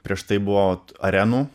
prieš tai buvo arenų